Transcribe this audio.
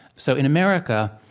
so, in america,